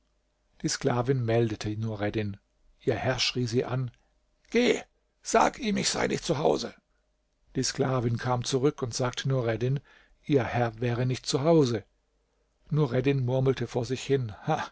die sklavin meldete nureddin ihr herr schrie sie an geh sag ihm ich sei nicht zu hause die sklavin kam zurück und sagte nureddin ihr herr wäre nicht zu hause nureddin murmelte vor sich hin